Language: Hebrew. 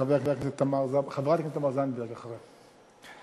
חברת הכנסת זנדברג אחריו.